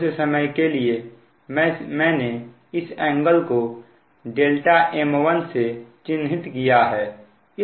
उस समय के लिए मैंने इस एंगल को m1 से चिन्हित किया है